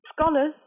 scholars